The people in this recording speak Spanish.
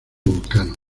vulcano